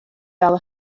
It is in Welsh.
fel